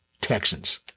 Texans